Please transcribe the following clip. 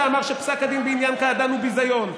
אמר שפסק הדין בעניין קעדאן הוא ביזיון.